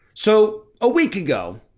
so a week ago,